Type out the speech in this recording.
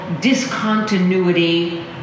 discontinuity